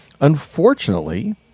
Unfortunately